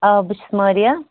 آ بہٕ چھِس ماریا